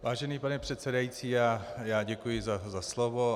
Vážený pane předsedající, děkuji za slovo.